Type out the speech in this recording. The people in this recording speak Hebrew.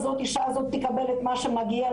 ספציפי לנשים נפגעות אלימות שהיו בקשר עם אזרח